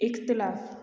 इख़्तिलाफ़ु